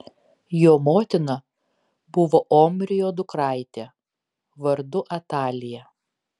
jo motina buvo omrio dukraitė vardu atalija